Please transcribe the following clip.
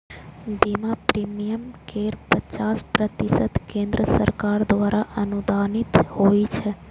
बीमा प्रीमियम केर पचास प्रतिशत केंद्र सरकार द्वारा अनुदानित होइ छै